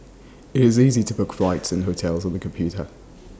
IT is easy to book flights and hotels on the computer